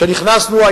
כשנכנסנו,